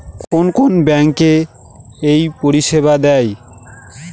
কোন কোন ব্যাঙ্ক এই পরিষেবা দেয়?